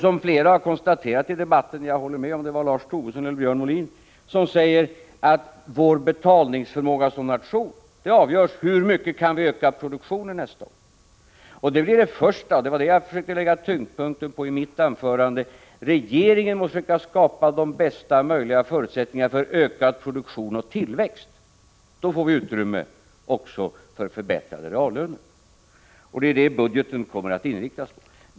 Som flera har konstaterat i debatten, jag vet inte om det var Lars Tobisson eller Björn Molin, avgörs vår betalningsförmåga som nation av hur mycket vi kan öka produktionen nästa år. I mitt första anförande försökte jag lägga tyngdpunkten vid detta att regeringen måste försöka skapa bästa möjliga förutsättningar för en ökning av produktionen och tillväxten. Då får vi också utrymme för en förbättring av reallönerna. Det är detta budgeten kommer att vara inriktad på.